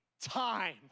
time